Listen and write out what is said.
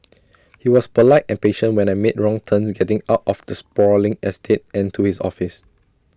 he was polite and patient when I made wrong turns getting out of the sprawling estate and to his office